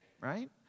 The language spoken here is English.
right